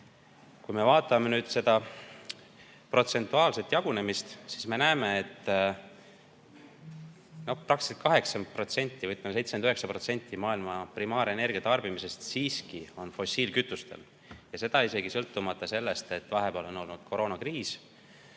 Kui me vaatame seda protsentuaalset jagunemist, siis näeme, et praktiliselt 80% või ütleme, 79% maailma primaarenergia tarbimisest rajaneb fossiilkütustel ja seda isegi vaatamata sellele, et meil on olnud koroonakriis,